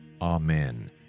Amen